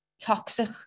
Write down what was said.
toxic